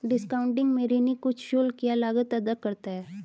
discounting में ऋणी कुछ शुल्क या लागत अदा करता है